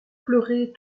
pleurer